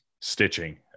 stitching